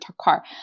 car